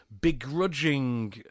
begrudging